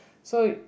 so